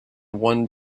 one